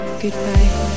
Goodbye